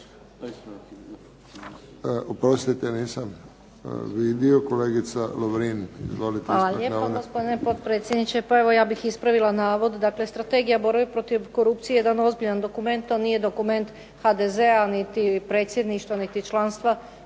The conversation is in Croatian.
Oprostite nisam vidio, kolegica Lovrin izvolite